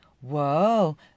whoa